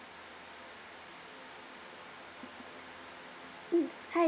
mm hi~